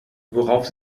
worauf